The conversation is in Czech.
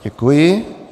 Děkuji.